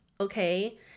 okay